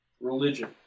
Religion